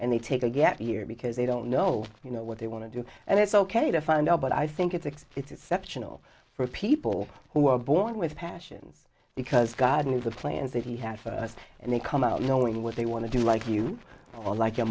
and they take a gap year because they don't know you know what they want to do and it's ok to find out but i think it's a it's a sectional for people who are born with a passion because god knew the plans that he has and they come out knowing what they want to do like you or like your